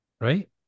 right